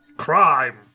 crime